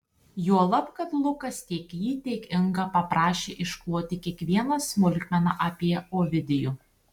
juolab kad lukas tiek jį tiek ingą paprašė iškloti kiekvieną smulkmeną apie ovidijų